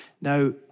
Now